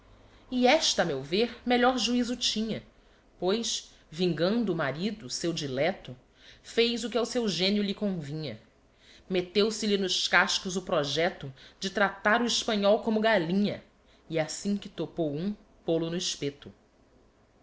e esta a meu vêr melhor juizo tinha pois vingando o marido seu dilecto fez o que ao seu genio lhe convinha metteu se lhe nos cascos o projecto de tratar o hespanhol como gallinha e assim que topou um pôl-o no espeto